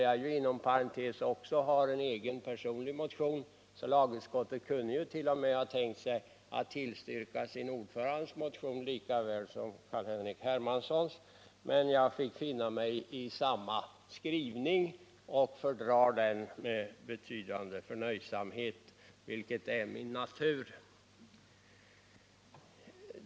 Jag kan inom parentes nämna att jag själv väckt en motion i frågan. Jag tycker att 59 lagutskottet skulle ha kunnat tillstyrka sin ordförandes motion och även Carl-Henrik Hermanssons, men jag fick finna mig i samma skrivning som han och fördrar den med betydande förnöjsamhet, vilket är min natur.